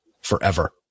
forever